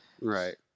right